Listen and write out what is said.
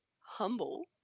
humble